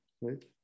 Right